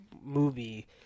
movie